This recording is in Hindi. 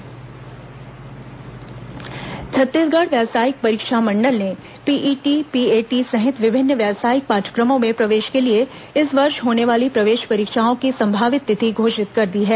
पीईटी पीएटी प्रवेश परीक्षा छत्तीसगढ़ व्यावसायिक परीक्षा मंडल ने पीईटी पीएटी सहित विभिन्न व्यावसायिक पाठ्यक्रमों में प्रवेश के लिए इस वर्ष होने वाली प्रवेश परीक्षाओं की संभावित तिथि घोषित कर दी है